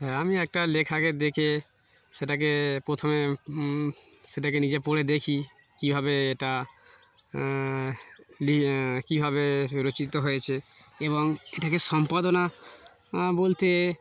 হ্যাঁ আমি একটা লেখাকে দেখে সেটাকে প্রথমে সেটাকে নিজে পড়ে দেখি কীভাবে এটা লি কীভাবে রচিত হয়েছে এবং এটাকে সম্পাদনা বলতে